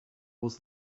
was